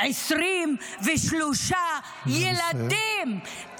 23 ילדים,